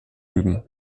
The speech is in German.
üben